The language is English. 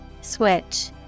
Switch